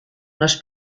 les